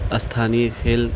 استھانیہ کھیل